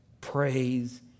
praise